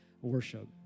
worship